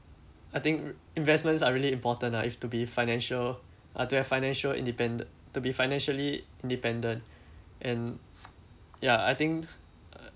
I think investments are really important ah if to be financial uh to have financial independent to be financially independent and ya I think